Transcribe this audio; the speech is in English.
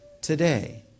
today